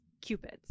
cupids